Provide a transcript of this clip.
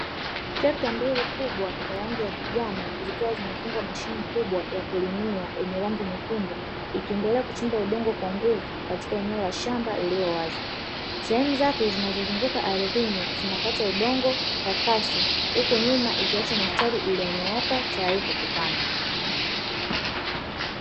Trekta mbili kubwa za rangi ya kijani, zikiwa zimefungwa mashine kubwa ya kulimia yenye rangi nyekundu, ikiendelea kufanya kazi ya kuchimba udongo kwa nguvu katika eneo la shamba lililowazi , sehemu zake zinazozunguka ardhini zinakata udongo kwa kasi , huku nyuma ikiacha mistari iliyonyooka tayari kwa kupandwa.